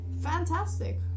Fantastic